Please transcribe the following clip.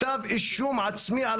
כתב אישום עצמי,